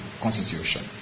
constitution